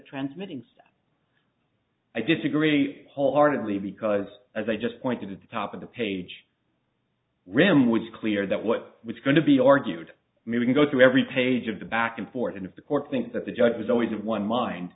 transmitting so i disagree wholeheartedly because as i just pointed at the top of the page rim was clear that what was going to be argued moving go through every page of the back and forth and if the court thinks that the judge was always of one mind